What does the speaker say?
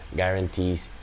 guarantees